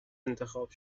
انتخاب